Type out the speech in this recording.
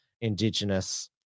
Indigenous